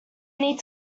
need